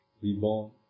reborn